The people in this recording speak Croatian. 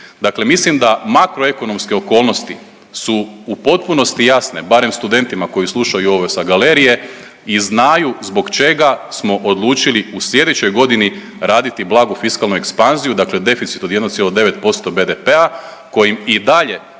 Dakle, mislim da makroekonomske okolnosti su u potpunosti jasne, barem studentima koji slušaju ovo sa galerije i znaju zbog čega smo odlučili u sljedećoj godini raditi blagu fiskalnu ekspanziju, dakle deficit od 1,9% BDP-a kojim i dalje